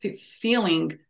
feeling